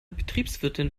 betriebswirtin